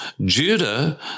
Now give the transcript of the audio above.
Judah